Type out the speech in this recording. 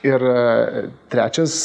ir trečias